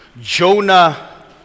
Jonah